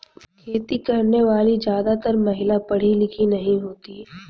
खेती करने वाली ज्यादातर महिला पढ़ी लिखी नहीं होती